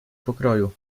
pokroju